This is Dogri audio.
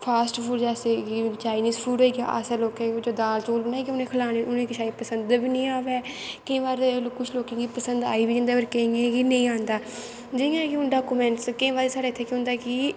फास्ट फूड जैसे कि चाईनिस फूड होई गेआ असें लोकें उ'ऐ जेह् दाल चौल बनाइयै उ'नें गी खलाने उ'नें गी शायद पसंद बी निं आवै केईं बारी ते कुछ लोकें गी पसंद आई बी जंदा ऐ पर केइयें गी नेईं औंदा जियां कि हून डाकुमैंटस केईं बारी साढ़ै इत्थै केह् होंदा कि